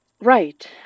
Right